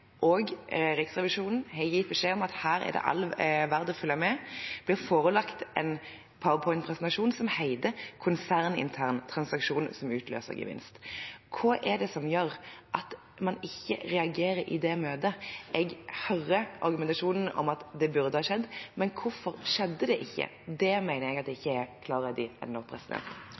og Riksrevisjonen har gitt beskjed om at her er det verdt å følge med, blir forelagt en PowerPoint-presentasjon som heter «Konsernintern transaksjon som utløser gevinst». Hva er det som gjør at man ikke reagerer i det møtet? Jeg hører argumentasjonen om at det burde ha skjedd – men hvorfor skjedde det ikke? Det mener jeg ikke er klargjort ennå.